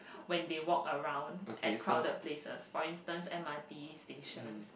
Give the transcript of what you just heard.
when they walk around at crowded places for instance M_R_T stations